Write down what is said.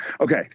Okay